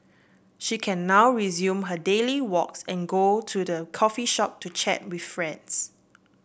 she can now resume her daily walks and go to the coffee shop to chat with friends